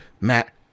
Matt